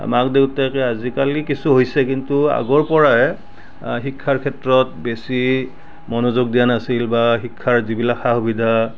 অঁ মাক দেউতাকে আজিকালি কিছু হৈছে কিন্তু আগৰ পৰাই আ শিক্ষাৰ ক্ষেত্ৰত বেছি মনোযোগ দিয়া নাছিল বা শিক্ষাৰ যিবিলাক সা সুবিধা